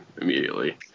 immediately